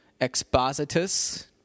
expositus